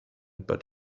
but